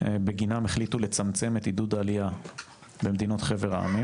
בגינם החליטו לצמצם את עידוד העלייה במדינות חבר העמים